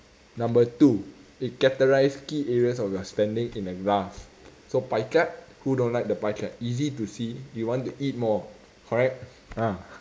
number two it categorize key areas of your spending in a graph so pie chart who don't like the pie chart easy to see we want to eat more correct ah